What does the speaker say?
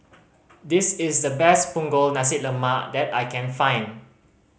this is the best Punggol Nasi Lemak that I can find